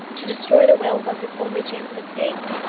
to destroy the will was his only chance of escape.